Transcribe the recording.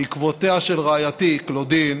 בעקבות רעייתי קלודין